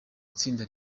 itsinda